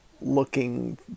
looking